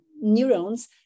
neurons